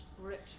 rich